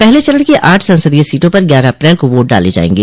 पहले चरण की आठ संसदीय सीटों पर ग्यारह अप्रैल को वोट डाले जायेंगे